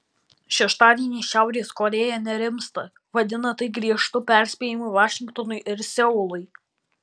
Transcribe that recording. šeštadienį šiaurės korėja nerimsta vadina tai griežtu perspėjimu vašingtonui ir seului